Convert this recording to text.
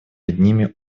одними